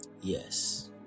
Yes